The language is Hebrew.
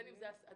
בין אם זה הסעדה,